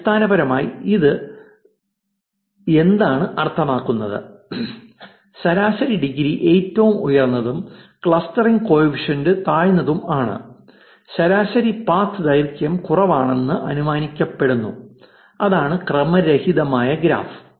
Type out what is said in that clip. അടിസ്ഥാനപരമായി ഇത് എന്താണ് അർത്ഥമാക്കുന്നത് ശരാശരി ഡിഗ്രി ഏറ്റവും ഉയർന്നതും ക്ലസ്റ്ററിംഗ് കോഫിഷ്യന്റ് താഴ്ന്നതുമാണ് ശരാശരി പാത്ത് ദൈർഘ്യം കുറവാണെന്ന് അനുമാനിക്കപ്പെടുന്നു അതാണ് ക്രമരഹിതമായ ഗ്രാഫ്